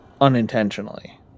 unintentionally